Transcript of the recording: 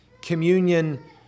Communion